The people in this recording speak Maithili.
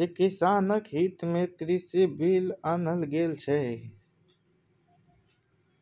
जे किसानक हितमे कृषि बिल आनल गेल छै